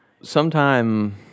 sometime